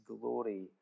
glory